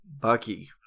Bucky